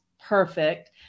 perfect